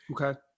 Okay